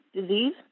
disease